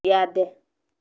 ꯌꯥꯗꯦ